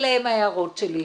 אלה הן ההערות שלי.